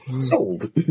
Sold